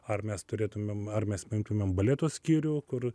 ar mes turėtumėm ar mes paimtumėm baleto skyrių kur